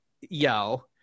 yo